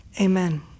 Amen